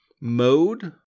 mode